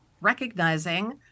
recognizing